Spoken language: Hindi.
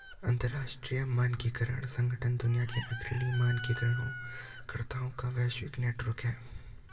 अंतर्राष्ट्रीय मानकीकरण संगठन दुनिया के अग्रणी मानकीकरण कर्ताओं का वैश्विक नेटवर्क है